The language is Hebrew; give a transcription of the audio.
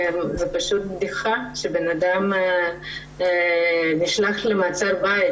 זאת פשוט בדיחה שבן אדם נשלח למעצר בית.